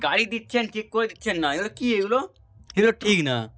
গাড়ি দিচ্ছেন ঠিক করে দিচ্ছেন না এগুলো কী এগুলো এগুলো ঠিক না